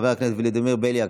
חבר הכנסת ולדימיר בליאק,